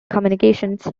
communications